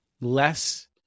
less